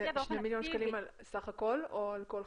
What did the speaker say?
2 מיליון שקלים סך הכל או על כל חברה?